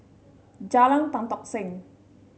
Jalan Tan Tock Seng